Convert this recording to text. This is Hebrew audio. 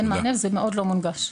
זה מאוד לא מונגש.